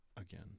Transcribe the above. again